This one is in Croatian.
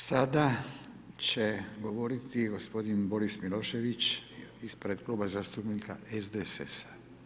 Sada će govoriti gospodin Boris Milošević ispred Kluba zastupnika SDSS-a.